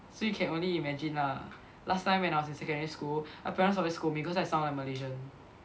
so you can only imagine lah last time when I was in secondary school my parents always scold me because I sound like Malaysian